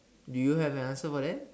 do you have an answer for that